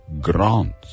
grants